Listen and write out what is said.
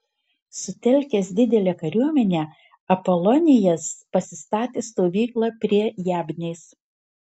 sutelkęs didelę kariuomenę apolonijas pasistatė stovyklą prie jabnės